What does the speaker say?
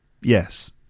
yes